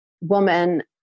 woman